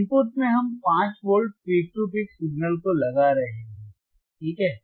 input में हम 5 volt peak to peak signal को लगा रहे हैं ठीक हैं